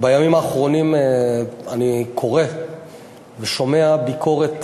בימים האחרונים אני קורא ושומע ביקורת